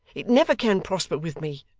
it never can prosper with me.